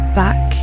back